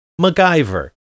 MacGyver